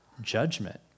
judgment